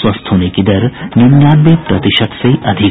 स्वस्थ होने की दर निन्यानवे प्रतिशत से अधिक